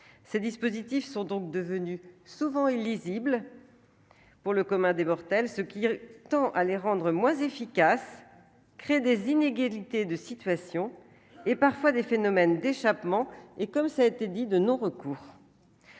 ces dispositifs sont donc devenues souvent illisibles pour le commun des mortels, ce qui tend à les rendre moins efficace, crée des inégalités de situation et parfois des phénomènes d'échappement et comme ça a été dit de non-recours.